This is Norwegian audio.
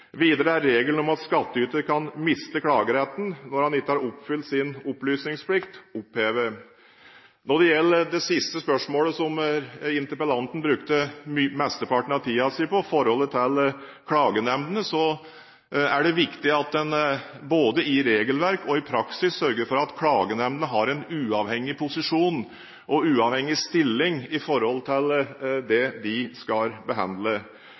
Videre er regelen om at skattyter kan miste klageretten når han ikke har oppfylt sin opplysningsplikt, opphevet. Når det gjelder det siste spørsmålet som interpellanten brukte mesteparten av tiden sin på, forholdet til klagenemndene, er det viktig at en både i regelverk og i praksis sørger for at klagenemndene har en uavhengig posisjon og stilling i forhold til det de skal behandle.